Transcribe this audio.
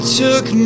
took